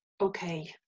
Okay